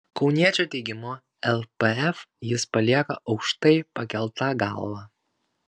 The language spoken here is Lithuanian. kauniečio teigimu lpf jis palieka aukštai pakelta galva